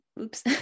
Oops